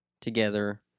together